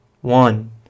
one